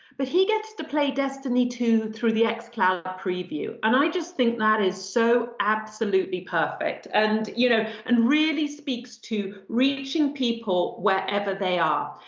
but he gets to play destiny two through the xcloud ah preview. and i just think that is so absolutely perfect. and you know and really speaks to reaching people wherever they are.